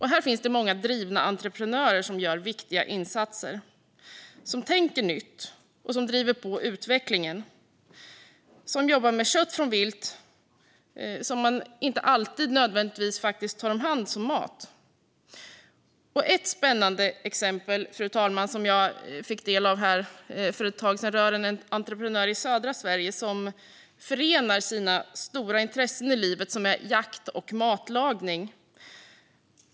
Här finns det många drivna entreprenörer som gör viktiga insatser. De tänker nytt och driver på utvecklingen, och de jobbar med kött från vilt som man inte alltid nödvändigtvis tar hand om som mat. Ett spännande exempel, fru talman, som jag för ett tag sedan fick ta del av är en entreprenör i södra Sverige som förenar sina stora intressen i livet, jakt och matlagning.